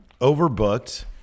overbooked